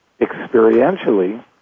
Experientially